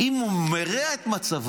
אם הוא מרע את מצבו,